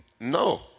No